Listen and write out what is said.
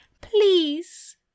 Please